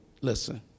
Listen